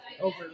over